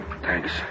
thanks